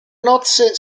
nozze